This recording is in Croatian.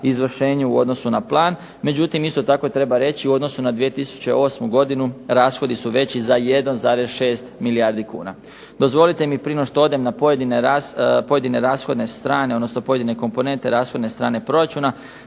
izvršenju u odnosu na plan, međutim isto tako treba reći u odnosu na 2008. godinu rashodi su veći za 1,6 milijardi kuna. Dozvolite mi prije nego što odem na pojedine rashodne strane, odnosno pojedine komponente rashodne strane proračuna,